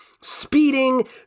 speeding